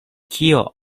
kio